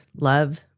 love